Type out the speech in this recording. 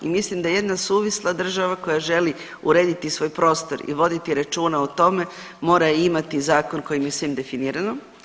I mislim da jedna suvisla država koja želi urediti svoj prostor i voditi računa o tome mora imati zakon kojim je sve definirano.